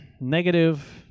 negative